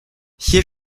hier